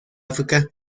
áfrica